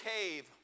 cave